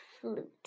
Flute